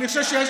דרך אגב,